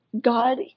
God